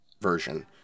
version